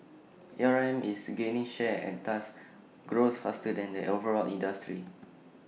A R M is gaining share and thus grows faster than the overall industry